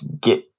get